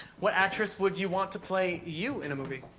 what actress would you want to play you in a movie?